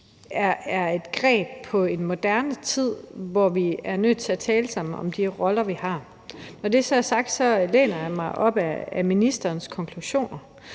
er et greb på en moderne tid, hvor vi er nødt til at tale sammen om de roller, vi har. Når det så er sagt, læner jeg mig op ad ministerens konklusioner.